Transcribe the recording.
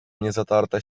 niezatarte